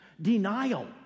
Denial